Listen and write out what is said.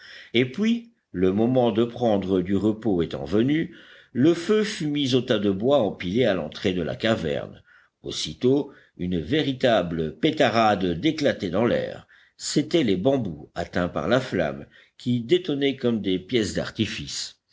et puis le moment de prendre du repos étant venu le feu fut mis au tas de bois empilé à l'entrée de la caverne aussitôt une véritable pétarade d'éclater dans l'air c'étaient les bambous atteints par la flamme qui détonaient comme des pièces d'artifice